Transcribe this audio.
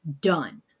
done